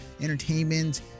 entertainment